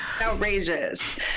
Outrageous